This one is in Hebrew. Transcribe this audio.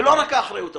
ולא רק האחריות ההורית,